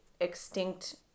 extinct